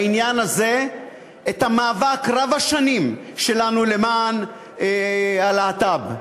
בעניין הזה את המאבק רב-השנים שלנו למען הלהט"ב.